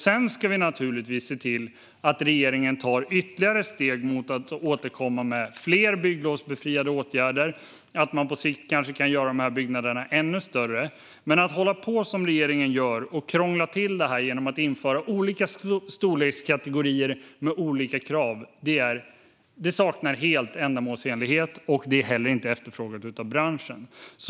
Sedan ska vi naturligtvis se till att regeringen tar ytterligare steg mot att återkomma med fler bygglovsbefriade åtgärder och att man kanske på sikt kan göra de här byggnaderna ännu större. Att hålla på som regeringen gör och krångla till det här genom att införa olika storlekskategorier med olika krav saknar helt ändamålsenlighet och är heller inte efterfrågat av branschen.